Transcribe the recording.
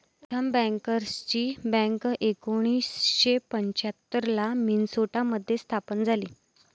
प्रथम बँकर्सची बँक एकोणीसशे पंच्याहत्तर ला मिन्सोटा मध्ये स्थापन झाली